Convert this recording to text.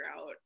out